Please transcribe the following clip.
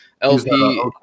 LP